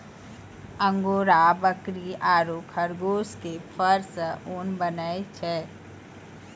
angora बकरी आरो खरगोश के फर सॅ ऊन बनै छै